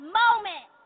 moment